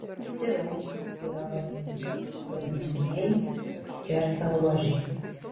kiti raumenys yra valingi vadinamieji skersaruožiai